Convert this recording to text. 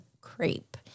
crepe